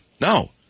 No